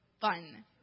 fun